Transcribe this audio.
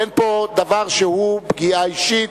אין פה דבר שהוא פגיעה אישית,